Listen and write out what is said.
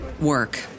work